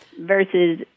versus